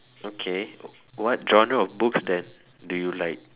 okay what genre of books that do you like